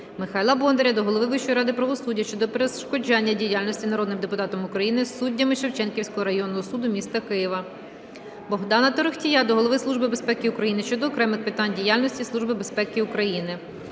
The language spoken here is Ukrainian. Михайла Бондаря до Голови Вищої ради правосуддя щодо перешкоджання діяльності народного депутата України суддями Шевченківського районного суду міста Києва. Богдана Торохтія до Голови Служби безпеки України щодо окремих питань діяльності Служби безпеки України.